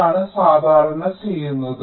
ഇതാണ് സാധാരണ ചെയ്യുന്നത്